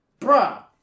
Bruh